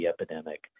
epidemic